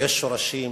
יש שורשים,